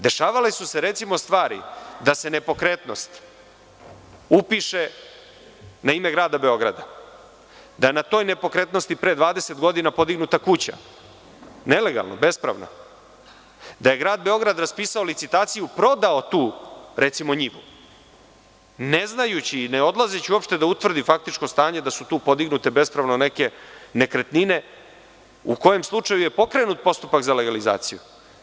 Dešavale su se stvari da se nepokretnost upiše na ime Grada Beograda, da je na toj nepokretnosti pre 20 godina podignuta kuća nelegalno, bespravno, da je Grad Beograd raspisao licitaciju i prodao tu, recimo njivu, ne znajući i ne odlazeći uopšte da utvrdi faktičko stanje da su tu podignute bespravno neke nekretnine u kojem slučaju je pokrenut postupak za legalizaciju.